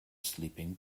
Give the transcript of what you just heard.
sleeping